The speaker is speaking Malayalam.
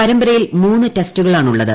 പരമ്പരയിൽ മൂന്ന് ടെസ്റ്റുകളാണ് ഉള്ളത്